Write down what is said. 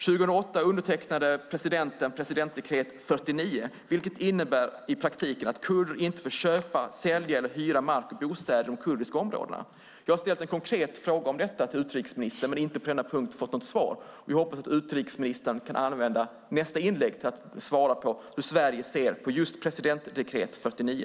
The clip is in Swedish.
År 2008 undertecknade presidenten presidentdekret 49, vilket i praktiken innebär att kurder inte får köpa, sälja eller hyra mark och bostäder i de kurdiska områdena. Jag har ställt en konkret fråga om detta till utrikesministern men inte fått något svar. Jag hoppas att utrikesministern kan använda nästa inlägg till att svara på hur Sverige ser på presidentdekret 49.